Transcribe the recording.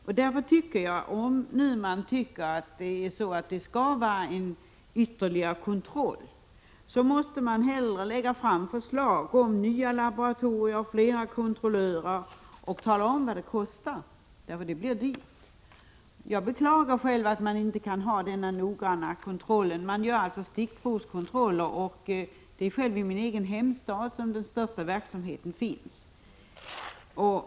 Om man nu tycker att det skall vara ytterligare kontroll, tycker jag att man borde lägga fram förslag om nya laboratorier och flera kontrollörer och tala om vad det kostar, för det blir dyrt. Jag beklagar själv att man inte kan ha en noggrannare kontroll. Det görs stickprovskontroller, och det är i min egen hemstad som den största verksamheten finns.